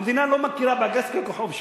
המדינה לא מכירה ב"אגרקסקו" כחוב שלה.